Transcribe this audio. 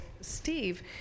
Steve